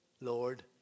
Lord